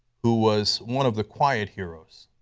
who was one of the quiet heroes,